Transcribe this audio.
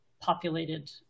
populated